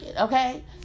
okay